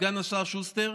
סגן השר שוסטר,